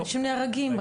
אנשים נהרגים,